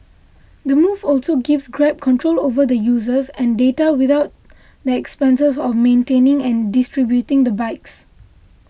the move also gives Grab control over the users and data without the expenses of maintaining and distributing the bikes